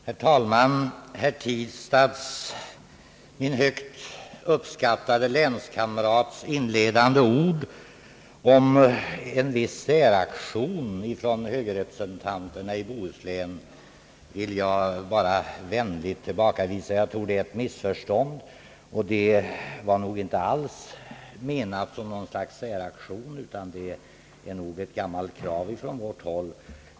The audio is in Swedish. Herr talman! Herr Tistads, min högt uppskattade länskamrats, inledande ord om en viss säraktion från högerrepresentanterna i Bohuslän vill jag vänligt tillbakavisa. Jag tror att det är ett missförstånd. Vår motion var inte alls menad som något slags säraktion, utan det är mer ett gammalt krav från vårt håll.